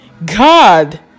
God